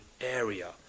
area